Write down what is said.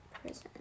prison